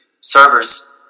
servers